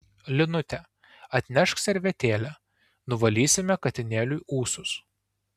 linute atnešk servetėlę nuvalysime katinėliui ūsus